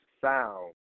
sound